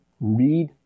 read